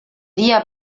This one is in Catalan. dia